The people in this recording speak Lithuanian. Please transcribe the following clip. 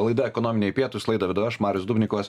laidą ekonominiai pietūs laidą vedu aš marius dubnikovas